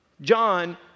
John